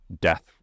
death